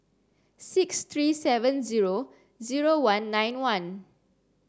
six three seven zero zero one nine one